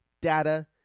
data